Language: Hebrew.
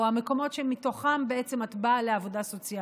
המקומות שמתוכם בעצם את באה לעבודה סוציאלית: